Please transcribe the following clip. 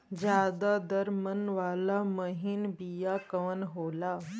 ज्यादा दर मन वाला महीन बिया कवन होला?